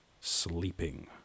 Sleeping